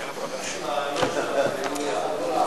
את עם הרעיונות שלך, יוליה.